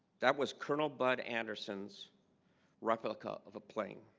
that was colonel bud anderson's replica of a plane.